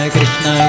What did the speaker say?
Krishna